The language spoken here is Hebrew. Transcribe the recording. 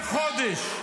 חודש.